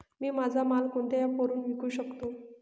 मी माझा माल कोणत्या ॲप वरुन विकू शकतो?